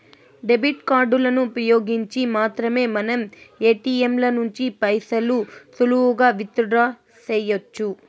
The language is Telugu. డెబిట్ కార్డులను ఉపయోగించి మాత్రమే మనం ఏటియంల నుంచి పైసలు సులువుగా విత్ డ్రా సెయ్యొచ్చు